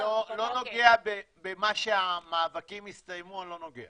לא נוגע במה שהמאבקים הסתיימו.